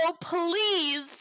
please